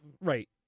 right